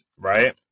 right